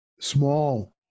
small